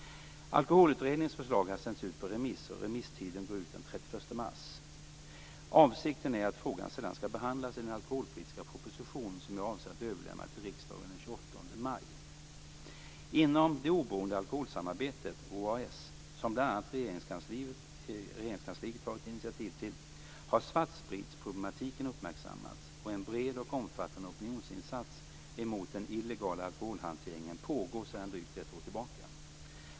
Alkoholutredningens förslag har sänts ut på remiss och remisstiden går ut den 31 mars 1999. Avsikten är att frågan sedan skall behandlas i den alkoholpolitiska proposition som jag avser överlämna till riksdagen den 28 maj 1999. Inom det oberoende alkoholsamarbetet , som bl.a. Regeringskansliet tagit initiativ till, har svartspritsproblematiken uppmärksammats och en bred och omfattande opinionsinsats emot den illegala alkoholhanteringen pågår sedan drygt ett år tillbaka.